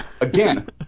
again